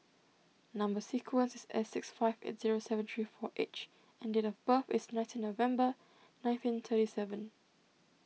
Number Sequence is S six five eight zero seven three four H and date of birth is nineteen November nineteen thirty seven